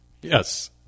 Yes